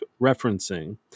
referencing